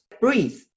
Breathe